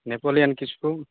Napoleon ᱠᱤᱥᱩ